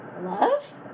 love